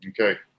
Okay